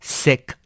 sick